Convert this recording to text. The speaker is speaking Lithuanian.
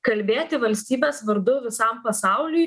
kalbėti valstybės vardu visam pasauliui